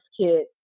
kit